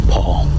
Paul